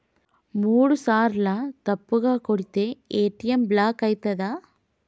మూడుసార్ల తప్పుగా కొడితే ఏ.టి.ఎమ్ బ్లాక్ ఐతదా?